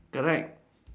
correct